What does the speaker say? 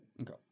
Okay